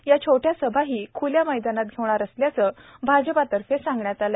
या छोट्या सभाही ख्ल्या मैदानात होणार असल्याचं भाजपतर्फे सांगण्यात आलं आहे